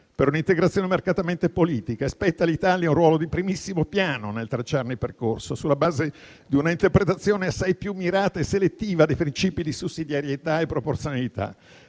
per un'integrazione marcatamente politica. Spetta all'Italia un ruolo di primissimo piano nel tracciarne il percorso, sulla base di una interpretazione assai più mirata e selettiva dei princìpi di sussidiarietà e proporzionalità.